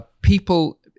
people